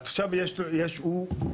עכשיו הוא בעצם,